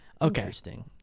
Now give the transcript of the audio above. Interesting